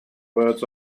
words